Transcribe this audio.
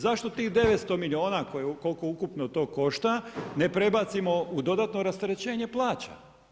Zašto tih 900 miliona koliko ukupno to košta ne prebacimo u dodatno rasterećenje plaća?